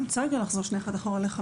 אני רוצה לחזור שנייה אחת אחורה לסעיף